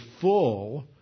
full